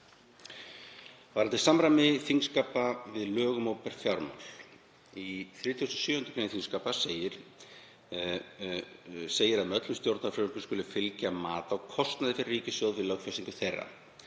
Varðandi samræmi þingskapa við lög um opinber fjármál. Í 37. gr. þingskapa segir að með öllum stjórnarfrumvörpum skuli fylgja mat á kostnaði fyrir ríkissjóð við lögfestingu þeirra.